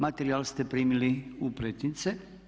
Materijal ste primili u pretince.